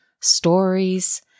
stories